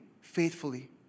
faithfully